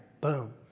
Boom